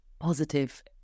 positive